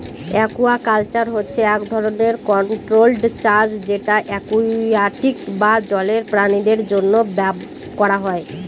aquaculture হচ্ছে এক ধরনের কন্ট্রোল্ড চাষ যেটা একুয়াটিক বা জলের প্রাণীদের জন্য করা হয়